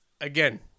again